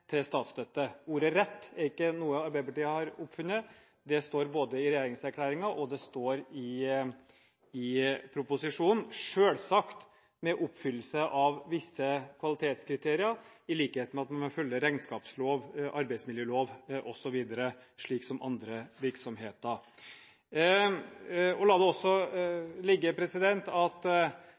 til statsstøtte. Ordet «rett» er ikke noe Arbeiderpartiet har oppfunnet, det står både i regjeringserklæringen og i proposisjonen – selvsagt ved oppfyllelse av visse kvalitetskriterier, i likhet med at man må følge regnskapsloven, arbeidsmiljøloven osv., slik som andre virksomheter. La det også ligge at